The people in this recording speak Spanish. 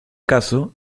caso